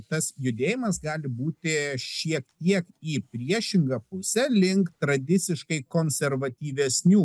tas judėjimas gali būti šiek tiek į priešingą pusę link tradiciškai konservatyvesnių